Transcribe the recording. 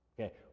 Okay